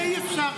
זה אי-אפשר,